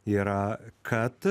yra kad